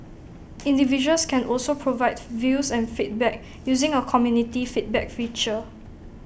individuals can also provide views and feedback using A community feedback feature